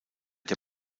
der